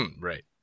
Right